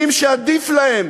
שעדיף להם